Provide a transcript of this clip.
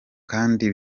kandi